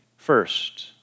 first